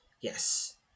Yes